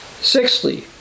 Sixthly